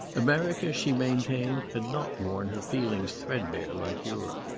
america, she maintained, had not worn her feelings threadbare like europe.